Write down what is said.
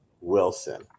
Wilson